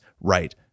right